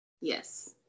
Yes